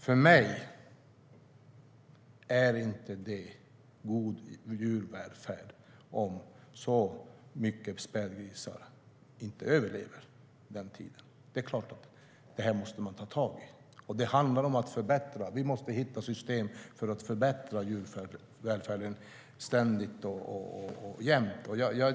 För mig är det inte god djurvälfärd om så många spädgrisar inte överlever. Det är klart att man måste ta tag i detta. Det handlar om att förbättra. Vi måste hitta system för att förbättra djurvälfärden, ständigt och jämt.